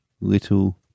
little